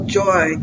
joy